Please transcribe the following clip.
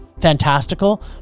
fantastical